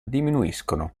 diminuiscono